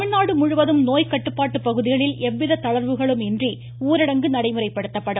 தமிழ்நாடு முழுவதும் நோய் கட்டுப்பாட்டு பகுதிகளில் எவ்வித தளர்வுகளும் இன்றி ஊரடங்கு நடைமுறைப்படுத்தப்படும்